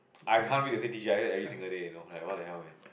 I can't wait to say T_G_I_F every single day you know like what the hell man